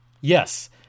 Yes